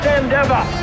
endeavor